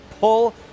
Pull